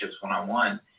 one-on-one